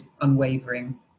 unwavering